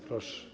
Proszę.